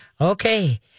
Okay